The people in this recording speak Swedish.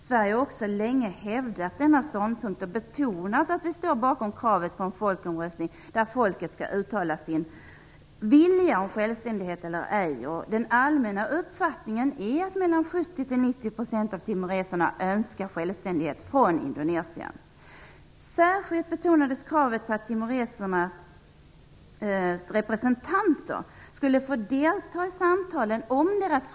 Sverige har också länge hävdat denna ståndpunkt och betonar att vi står bakom kravet på en folkomröstning, där folket skall uttala sin vilja om självständighet eller ej. Den allmänna uppfattningen är att mellan 70 och 90 % av timoreserna önskar självständighet från Indonesien. Särskilt betonades kravet på att timoresernas representanter skulle få deltaga i samtalen om sin framtid.